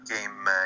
game